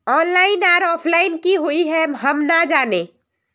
Online आर offline की हुई है हम ना जाने?